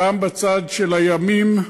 גם בצד של הימים,